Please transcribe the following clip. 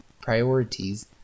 priorities